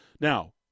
Now